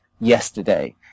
yesterday